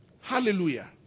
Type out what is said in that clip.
Hallelujah